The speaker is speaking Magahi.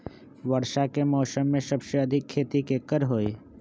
वर्षा के मौसम में सबसे अधिक खेती केकर होई?